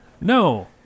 no